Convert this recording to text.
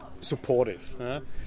supportive